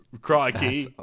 Crikey